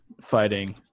fighting